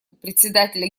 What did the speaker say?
председателя